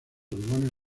demonios